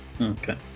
Okay